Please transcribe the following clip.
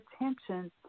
attention